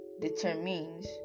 determines